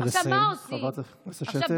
נא לסיים, חברת הכנסת שטה.